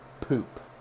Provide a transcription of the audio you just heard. Poop